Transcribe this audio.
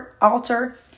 altar